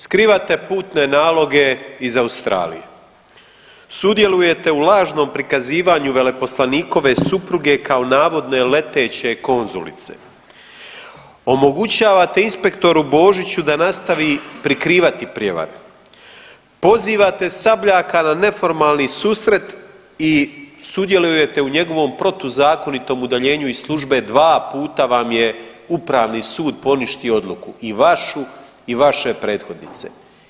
Skrivate putne naloge iz Australije, sudjelujete u lažnom prikazivanju veleposlanikove supruge kao navodne leteće konzulice, omogućavate inspektoru Božiću da nastavi prikrivati prijevare, pozivate Sabljaka na neformalni susret i sudjelujete u njegovom protuzakonitom udaljenju iz službe, dva puta vam je Upravni sud poništio odluku i vašu i vaše prethodnice.